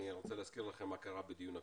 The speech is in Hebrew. אני רוצה להזכיר לכם מה קרה בדיון הקודם.